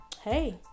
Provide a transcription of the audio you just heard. hey